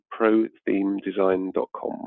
prothemedesign.com